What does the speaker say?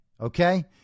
okay